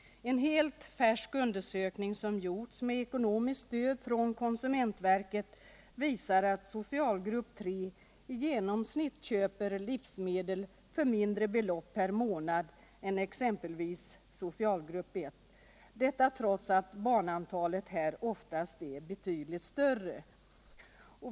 En helt färsk undersökning som gjorts med ekonomiskt stöd från konsumentverket visar att socialgrupp 3 i genomsnitt köper livsmedel för mindre belopp per månad än exempelvis socialgrupp 1, detta trots att barnantalet här oftast är betydligt större.